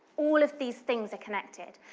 all of these things are connected.